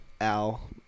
Al